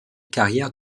carrière